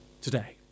today